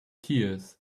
tears